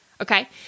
Okay